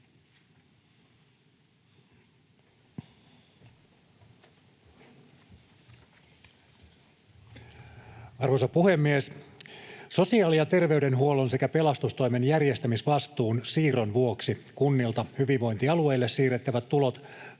Arvoisa puhemies! Sosiaali- ja terveydenhuollon sekä pelastustoimen järjestämisvastuun siirron vuoksi kunnilta hyvinvointialueille siirrettävät tulot